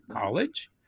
college